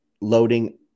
loading